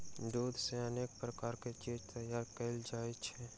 दूध सॅ अनेक प्रकारक चीज तैयार कयल जाइत छै